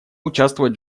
участвовать